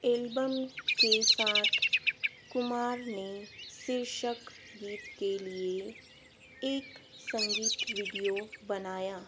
album के साथ कुमार ने शीर्षक गीत के लिए एक संगीत वीडियो बनाया